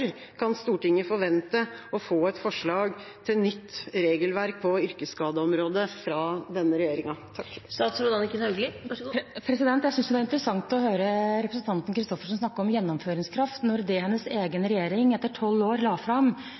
kan Stortinget forvente å få et forslag til nytt regelverk på yrkesskadeområdet fra denne regjeringa? Jeg synes det er interessant å høre representanten Christoffersen snakke om gjennomføringskraft, når det hennes egen regjering – etter tolv års arbeid – la fram,